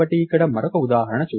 కాబట్టి ఇక్కడ మరొక ఉదాహరణ చూద్దాం